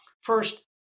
First